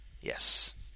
Yes